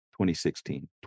2016